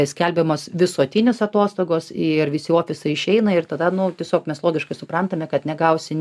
skelbiamos visuotinės atostogos ir visi ofisai išeina ir tada nu tiesiog mes logiškai suprantame kad negausi